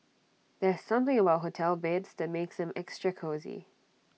there's something about hotel beds that makes them extra cosy